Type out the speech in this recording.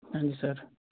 ਹਾਂਜੀ ਸਰ